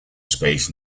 space